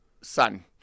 son